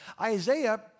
Isaiah